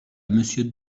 monsieur